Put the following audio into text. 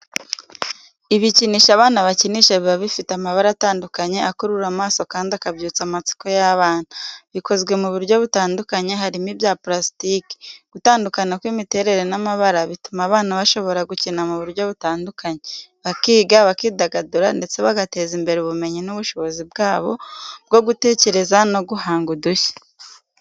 Ibikinisho abana bakinisha biba bifite amabara atandukanye akurura amaso kandi akabyutsa amatsiko y'abana. Bikozwe mu buryo butandukanye, harimo ibya purasitike. Gutandukana kw'imiterere n'amabara bituma abana bashobora gukina mu buryo butandukanye, bakiga, bakidagadura ndetse bagateza imbere ubumenyi n'ubushobozi bwabo bwo gutekereza no guhanga udushya.